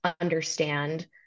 understand